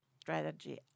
strategy